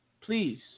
please